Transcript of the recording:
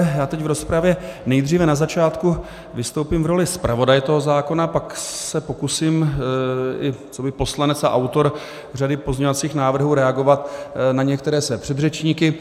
Já teď v rozpravě nejdříve na začátku vystoupím v roli zpravodaje zákona, pak se pokusím i coby poslanec a autor řady pozměňovacích návrhů reagovat na některé své předřečníky.